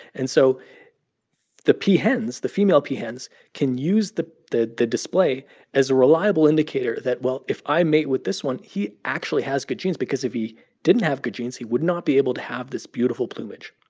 and so the peahens, the female peahens can use the the display as a reliable indicator that, well, if i mate with this one, he actually has good genes because if he didn't have good genes, he would not be able to have this beautiful plumage.